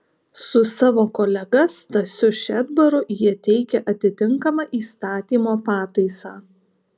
su savo kolega stasiu šedbaru jie teikia atitinkamą įstatymo pataisą